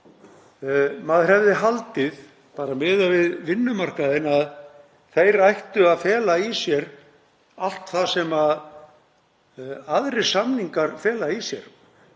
maður hefði haldið, miðað við vinnumarkaðinn, að þeir ættu að fela í sér allt það sem aðrir samningar fela í sér.